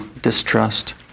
distrust